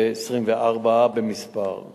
ובעיקר להנחיל את מורשת הקרב דור דור ללוחמים שלנו.